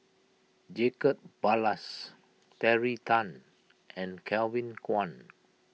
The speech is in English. Jacob Ballas Terry Tan and Kevin Kwan